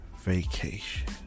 vacation